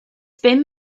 pum